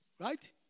Right